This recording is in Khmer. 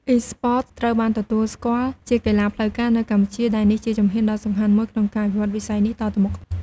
Esports ត្រូវបានទទួលស្គាល់ជាកីឡាផ្លូវការនៅកម្ពុជា ដែលនេះជាជំហានដ៏សំខាន់មួយក្នុងការអភិវឌ្ឍវិស័យនេះតទៅមុខ។